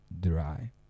dry